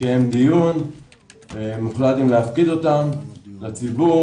מתקיים דיון ומוחלט אם להפקיד אותם לציבור.